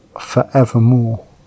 forevermore